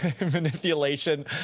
manipulation